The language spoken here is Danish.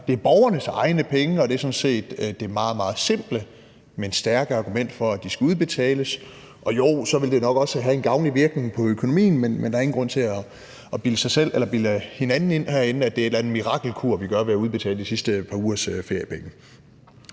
det er borgernes egne penge, og det er sådan set det meget, meget simple, men stærke argument for, at de skal udbetales. Og, jo, så vil det nok også have en gavnlig virkning på økonomien, men der er ingen grund til at bilde sig selv eller hinanden ind herinde, at det er en eller anden mirakelkur, vi laver, når vi udbetaler de sidste par ugers feriepenge.